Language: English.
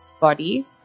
body